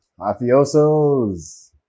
mafiosos